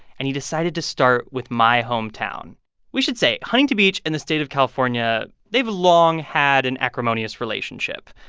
and he decided to start with my hometown we should say, huntington beach and the state of california, they've long had an acrimonious relationship.